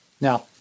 Now